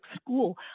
school